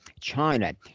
China